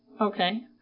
Okay